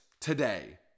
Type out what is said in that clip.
today